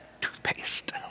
toothpaste